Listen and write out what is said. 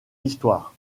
histoire